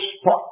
spot